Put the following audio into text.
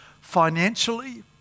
financially